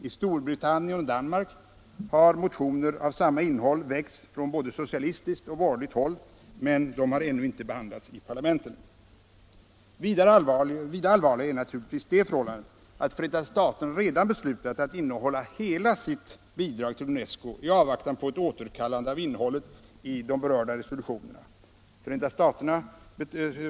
I Storbritannien och Danmark har motioner av samma innehåll väckts från både socialistiskt och borgerligt håll, men de har ännu inte behandlats i parlamenten. Vida allvarligare är naturligtvis det förhållandet att Förenta staterna redan beslutat att innehålla hela sitt bidrag till UNESCO i avvaktan på ett återkallande av innehållet i de berörda resolutionerna.